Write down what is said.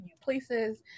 places